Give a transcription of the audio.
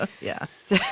Yes